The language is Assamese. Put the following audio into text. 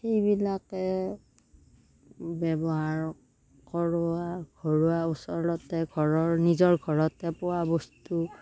এইবিলাকে ব্যৱহাৰ কৰোৱা ঘৰুৱা ওচৰতে ঘৰৰ নিজৰ ঘৰতে পোৱা বস্তু